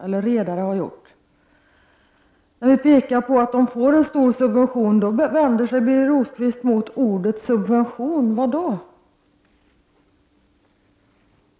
När vi i vpk påpekar att redarna får en stor subvention, vänder sig Birger Rosqvist mot ordet subvention. Varför då?